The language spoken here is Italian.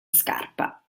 scarpa